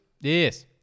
Yes